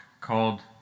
called